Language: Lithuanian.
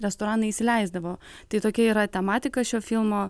restoranai įsileisdavo tai tokia yra tematika šio filmo